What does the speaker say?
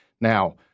Now